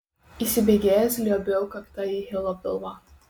įsibėgėjęs liuobiau kakta į hilo pilvą